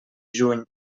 juny